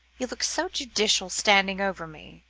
you look so judicial standing over me.